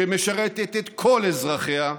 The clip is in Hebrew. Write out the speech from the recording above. שמשרתת את כל אזרחיה,